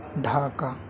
Dhaka